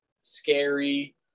scary